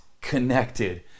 connected